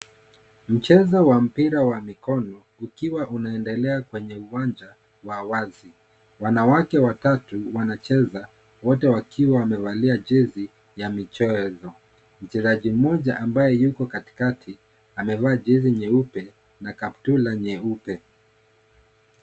Mchezo wa mpira wa mikono ukiwa unaendelea kwenye uwanja wa wazi, wanawake watatu wanacheza wote wakiwa wamevalia jezi ya michezo, mchezaji mmoja ambaye yuko katikati amevaa jesi nyeupe na kaptura nyeupe.